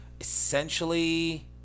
essentially